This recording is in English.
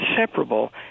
inseparable